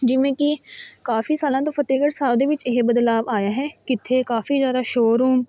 ਜਿਵੇਂ ਕਿ ਕਾਫ਼ੀ ਸਾਲਾਂ ਤੋਂ ਫਤਿਹਗੜ੍ਹ ਸਾਹਿਬ ਦੇ ਵਿੱਚ ਇਹ ਬਦਲਾਵ ਆਇਆ ਹੈ ਕਿੱਥੇ ਕਾਫ਼ੀ ਜ਼ਿਆਦਾ ਸ਼ੋਅਰੂਮ